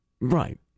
Right